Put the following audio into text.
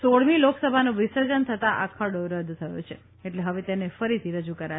સોળમી લોકસભાનું વિસર્જન થતાં આ ખરડો રદ થયો છે એટલે હવે તેને ફરીથી રજૂ કરાશે